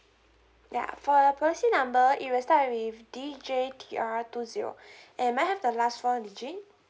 ya for your policy number it will start with D J T R two zero and may I have the last four digit